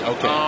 Okay